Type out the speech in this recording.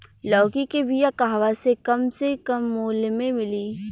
लौकी के बिया कहवा से कम से कम मूल्य मे मिली?